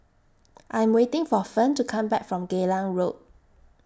I'm waiting For Fern to Come Back from Geylang Road